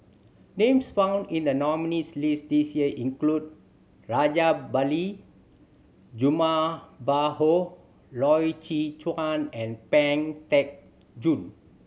names found in the nominees' list this year include Rajabali Jumabhoy Loy Chye Chuan and Pang Teck Joon